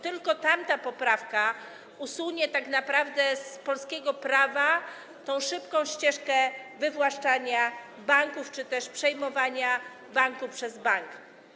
Tylko tamta poprawka tak naprawdę usunie z polskiego prawa tę szybką ścieżkę wywłaszczania banków czy też przejmowania banku przez bank.